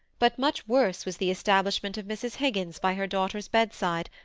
but much worse was the establishment of mrs. higgins by her daughter's bedside,